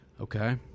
Okay